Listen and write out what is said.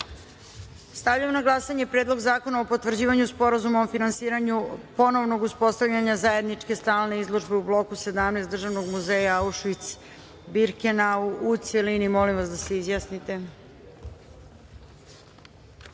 zakona. Stavljam na glasanje Predlog zakona o potvrđivanju Sporazuma o finansiranju ponovnog uspostavljanja zajedničke stalne izložbe u Bloku 17 Državnog muzeja Aušvic – Birkenau, u celini. Molim vas da se